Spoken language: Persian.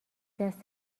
دست